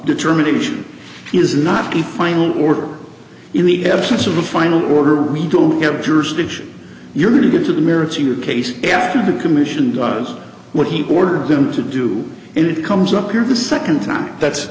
determination is not the final order in the absence of the final order we don't hear jurisdiction you're going to get to the merits of your case after the commission does what he ordered them to do and it comes up here the second time that